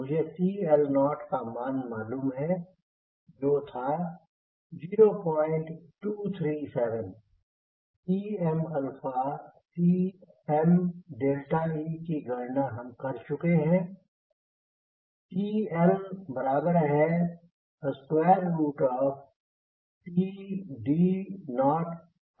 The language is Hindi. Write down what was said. मुझे CL0 का मान मालूम है जो था 0237 Cm Cmeकी गणना हम कर चुके हैं